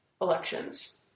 elections